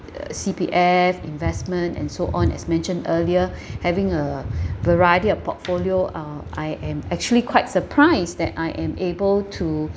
uh C_P_F investment and so on as mentioned earlier having a variety of portfolio uh I am actually quite surprised that I am able to